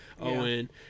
owen